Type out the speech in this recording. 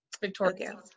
Victoria